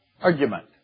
argument